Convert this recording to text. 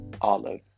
olive